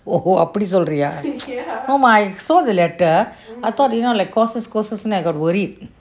!oho! அப்டி சொல்றியா:apdi solriyaa no mah I saw the letter I thought courses courses I got worried